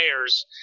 players